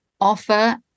offer